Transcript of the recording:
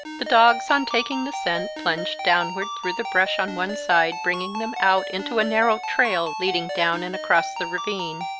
the dogs on taking the scent plunged downward through the brush on one side, bringing them out into a narrow trail leading down and across the ravine.